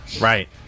Right